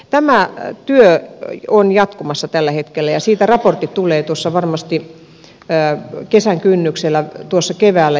tämä työ on jatkumassa tällä hetkellä ja siitä raportti tulee varmasti tuossa kesän kynnyksellä tuossa keväällä